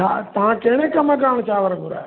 छा तव्हां कहिड़े कम कारण चांवर घुरायां हुया